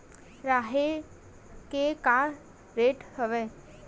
राहेर के का रेट हवय?